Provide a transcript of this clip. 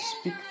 speak